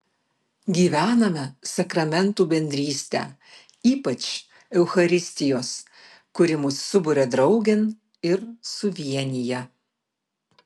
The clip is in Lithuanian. gyvename sakramentų bendrystę ypač eucharistijos kuri mus suburia draugėn ir suvienija